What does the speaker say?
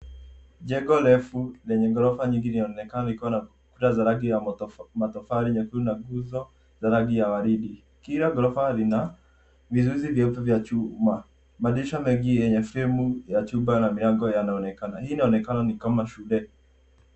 Jengo refu lenye ghorofa nyingi linaonekana likiwa na kuta za rangi ya matofali nyekundu na nguzo za rangi ya waridi. Kila ghorofa lina vizuizi vyeupe vya chuma, madirisha mengi yenye fremu ya chuma ya milango yanaonekana. Hii inaonekana ni kama shule.